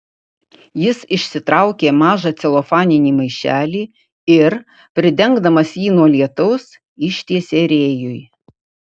jis išsitraukė mažą celofaninį maišelį ir pridengdamas jį nuo lietaus ištiesė rėjui